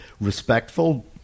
respectful